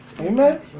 Amen